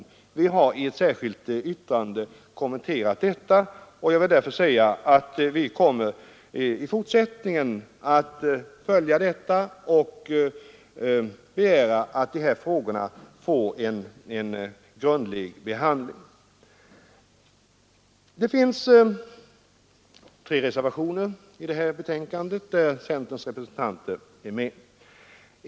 Men vi har i ett särskilt yttrande kommenterat detta, och vi kommer i fortsättningen att följa denna fråga och begära att den får en grundlig behandling. Det finns tre reservationer i detta betänkande där centerns representanter är med.